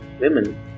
women